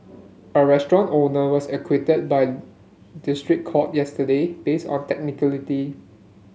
a restaurant owner was acquitted by district court yesterday based on technicality